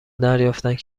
دریافتند